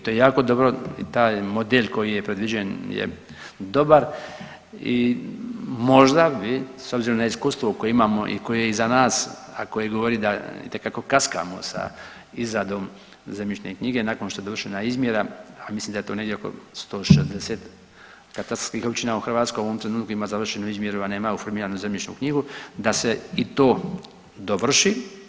To je jako dobro i taj model koji je predviđen je dobar i možda bi s obzirom na iskustvo koje imamo i koje je iza nas, a koje govori da itekako kaskamo sa izradom zemljišne knjige nakon što je dovršena izmjera, a mislim da je to negdje oko 160 katastarskih općina u Hrvatskoj ima završenu izmjeru, a nema formiranu zemljišnu knjigu da se i to dovrši.